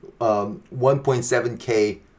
1.7k